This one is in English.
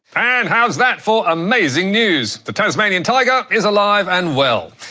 and how's that for amazing news? the tasmanian tiger is alive and well.